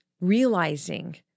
realizing